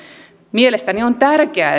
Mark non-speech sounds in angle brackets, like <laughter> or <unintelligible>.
mielestäni on tärkeää <unintelligible>